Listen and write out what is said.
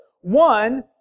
One